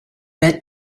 bent